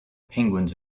penguins